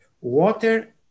water